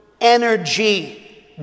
energy